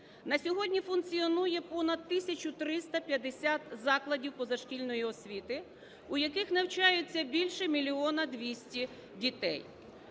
На сьогодні функціонує понад 1350 закладів позашкільної освіти, у яких навчається більше 1 мільйона 200 дітей.